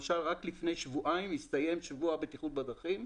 רק לפני שבועיים הסתיים שבוע הבטיחות בדרכים,